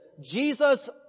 Jesus